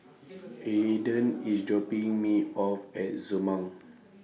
Aaden IS dropping Me off At Zurmang